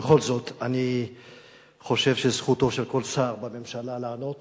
בכל זאת אני חושב שזכותו של כל שר בממשלה לענות